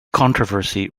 controversy